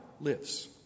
lives